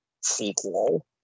sequel